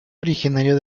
originario